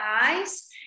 eyes